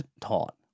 taught